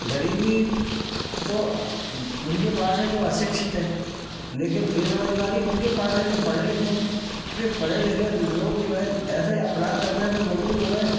गरीबी तो उनके पास हैं जो अशिक्षित हैं लेकिन बेरोज़गारी उनके पास हैं जो पढ़े लिखे हैं अरे पढ़े लिखे लोग जो हैं ऐसे अपराध करने पर मजबूर हो गये हैं